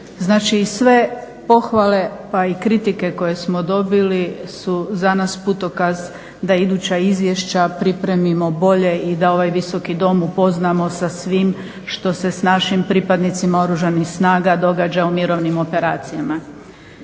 Znači sve pohvale pa i kritike koje smo dobili su za nas putokaz da iduća izvješća pripremimo bolje i da ovaj Visoki dom upoznamo sa svim što se sa našim pripadnicima Oružanih snaga događa u mirovnim operacijama.